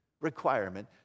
requirement